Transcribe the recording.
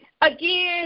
again